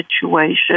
situation